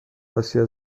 آسیا